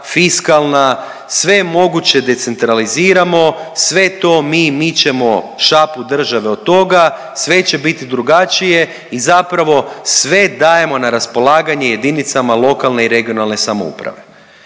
fiskalna, sve moguće decentraliziramo, sve to mi, mi ćemo šapu države od toga, sve će bit drugačije i zapravo sve dajemo na raspolaganje JLRS. E sad, kad već pričamo